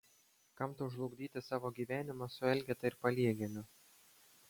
kam tau žlugdyti savo gyvenimą su elgeta ir paliegėliu